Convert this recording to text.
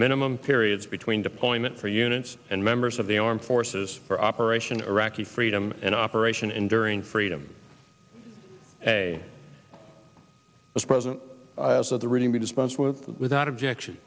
minimum periods between deployment for units and members of the armed forces for operation iraqi freedom and operation enduring freedom a as present as of the reading be dispensed with without objection